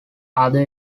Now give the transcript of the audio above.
other